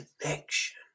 connection